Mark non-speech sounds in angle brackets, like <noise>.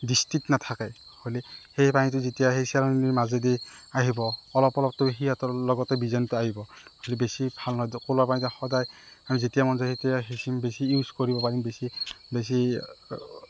distilled নাথাকে হ'লে সেই পানীটো যেতিয়া সেই চামনিৰ মাজেদি আহিব অলপ অলপতো সিহঁতৰ লগতে বিজলটো আহিব <unintelligible> বেছি ভাল নহয় ক'লা পানীটো সদায় যেতিয়া মন যাই তেতিয়াই সেইখিনি বেছি ইউজ কৰিব পাৰি বেছি বেছি